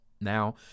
Now